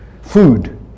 Food